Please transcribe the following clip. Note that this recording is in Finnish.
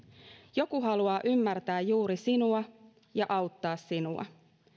joku haluaa ymmärtää juuri sinua ja auttaa sinua